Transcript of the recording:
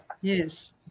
Yes